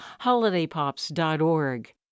holidaypops.org